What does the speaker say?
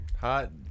Hot